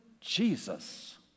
Jesus